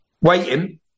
waiting